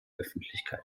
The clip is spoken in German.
öffentlichkeit